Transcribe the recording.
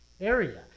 area